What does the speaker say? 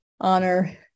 honor